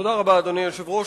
תודה רבה, אדוני היושב-ראש.